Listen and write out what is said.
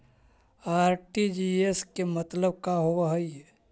RTGS के मतलब का होव हई?